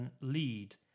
lead